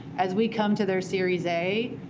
as we come to their series a,